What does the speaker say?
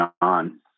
on